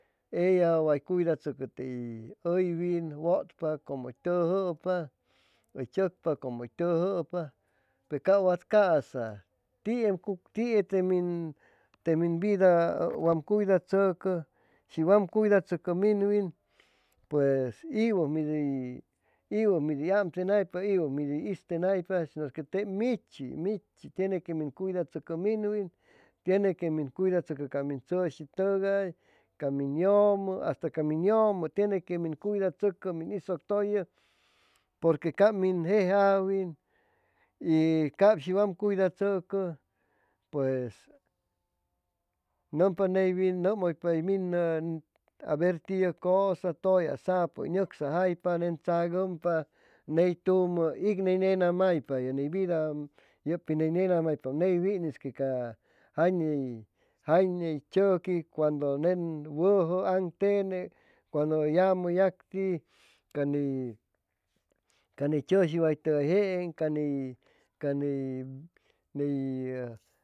Eya way cuidachʉcʉ tey ʉywintep wʉtpa como hʉy tʉjʉpa hʉy chʉcpa como hʉy tʉjʉpa pe cap wat ca'sa tie te min vida wam cuidachʉcʉ shi wam cuidachʉcʉ minwin pues iwʉs iwʉs mid hʉy amtenaypa iwʉ mit hʉy istenaypa sino que tep michi michi tiene que min cuidachʉcʉ minwin tiene que min cuidachʉcʉ ca min tzʉshi'tʉgay ca min yʉʉmʉ hasta ca min yʉʉmo tiene que min cuidachʉcʉ min isʉctʉyʉ porque cap min jejawin y cap shi wam cuidachʉcʉ pues nʉmpa neywin nʉmʉypa hʉy minʉ a ver tiʉ cosa tʉyasapʉ hʉy nʉcsajaipa nen tzagʉmpa neytumʉ iq ni nena maypa ye ney vida yʉp pi ni nenamaypa neywin'is que ca jay ney jay ney tzʉqui cuando nen wʉjʉ aŋtene cuando yamʉ yacti ca ni ca ni tzʉshi waytʉgayjeen